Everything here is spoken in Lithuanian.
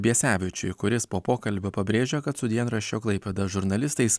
biesevičiui kuris po pokalbio pabrėžia kad su dienraščio klaipėda žurnalistais